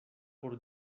por